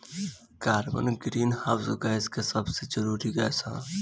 carbon greenhouse gas के सबसे जरूरी गैस ह